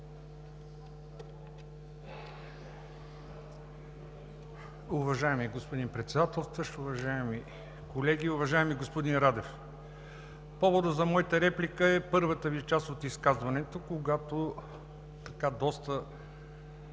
Уважаеми господин Председателстващ, уважаеми колеги! Уважаеми господин Радев, поводът за моята реплика е първата част от изказването Ви, в която доста